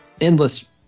endless